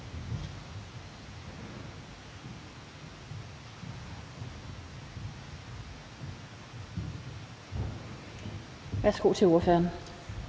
Værsgo til ordføreren.